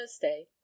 Thursday